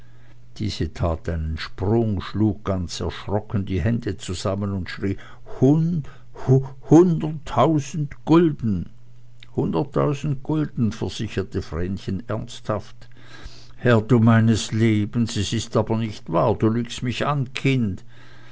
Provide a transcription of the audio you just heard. diese tat einen sprung schlug ganz erschrocken die hände zusammen und schrie hund hunderttausend gulden hunderttausend gulden versicherte vrenchen ernsthaft herr du meines lebens es ist aber nicht wahr du lügst mich an kind